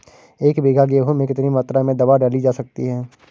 एक बीघा गेहूँ में कितनी मात्रा में दवा डाली जा सकती है?